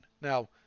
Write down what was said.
Now